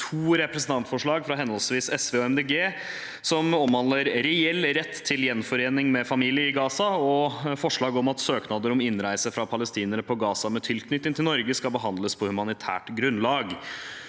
to representantforslag, fra henholdsvis SV og Miljøpartiet De Grønne, som omhandler reell rett til gjenforening med familie fra Gaza, og forslag om at søknader om innreise fra palestinere i Gaza med tilknytning til Norge skal behandles på humanitært grunnlag.